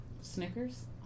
Snickers